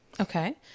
Okay